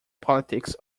politics